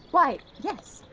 why yes!